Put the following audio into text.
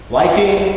liking